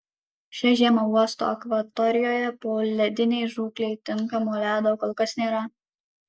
šią žiemą uosto akvatorijoje poledinei žūklei tinkamo ledo kol kas nėra